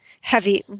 heavy